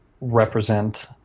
represent